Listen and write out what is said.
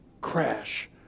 Crash